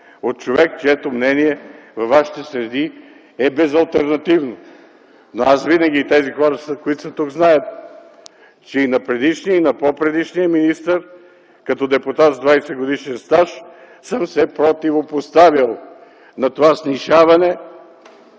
от човек, чието мнение във вашите среди е безалтернативно. Но тези хора, които са тук, знаят, че и на предишния и на по-предишния министър като депутат с 20-годишен стаж аз съм се противопоставял на това снишаване